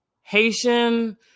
Haitian